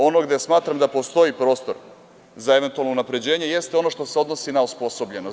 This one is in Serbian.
Ono gde smatram da postoji prostor za eventualno unapređenje jeste ono što se odnosi na osposobljenost.